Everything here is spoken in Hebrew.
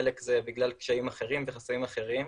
חלק זה בגלל קשיים וחסמים אחרים,